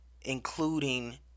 including